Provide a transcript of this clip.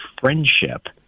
friendship